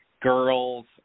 girls